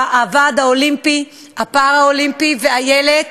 הוועד האולימפי, הפאראלימפי ו"אילת"